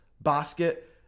basket